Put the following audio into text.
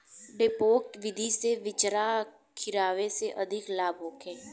डेपोक विधि से बिचरा गिरावे से अधिक लाभ होखे?